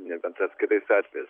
nebent atskirais atvejais